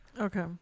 Okay